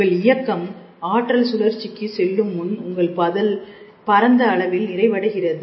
உங்கள் இயக்கம் ஆற்றல் சுழற்சிக்கு செல்லும் முன் உங்கள் பதில் பரந்த அளவில் நிறைவடைகிறது